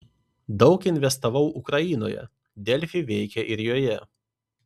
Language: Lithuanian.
daug investavau ukrainoje delfi veikia ir joje